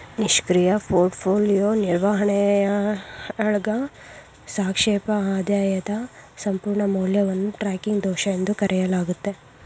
ನಿಷ್ಕ್ರಿಯ ಪೋರ್ಟ್ಫೋಲಿಯೋ ನಿರ್ವಹಣೆಯಾಳ್ಗ ಸಾಪೇಕ್ಷ ಆದಾಯದ ಸಂಪೂರ್ಣ ಮೌಲ್ಯವನ್ನು ಟ್ರ್ಯಾಕಿಂಗ್ ದೋಷ ಎಂದು ಕರೆಯಲಾಗುತ್ತೆ